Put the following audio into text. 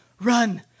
run